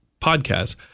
podcasts